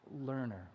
learner